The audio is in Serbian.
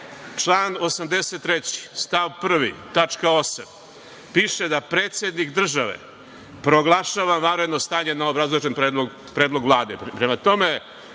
član 83. stav 1. tačka 8) piše da predsednik države proglašava vanredno stanje na obrazložen predlog Vlade.